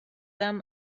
them